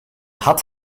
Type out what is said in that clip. had